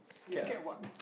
you scared what